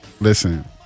Listen